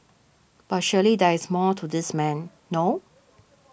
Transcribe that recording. but surely there is more to this man no